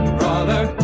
brother